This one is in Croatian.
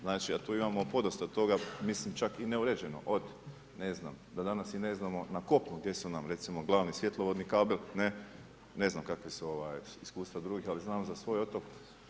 Znači a tu imamo podosta toga, mislim čak i neuređeno od, ne znam, mi danas ne znamo na kopnu gdje su nam recimo glavni svjetlovodni kabel, ne, ne znam kakva su iskustva drugih ali znam za svoj otok.